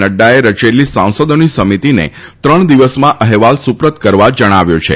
નક્રાએ રચેલી સાંસદોની સમિતિને ત્રણ દિવસમાં અહેવાલ સુપરત કરવા જણાવ્યું છે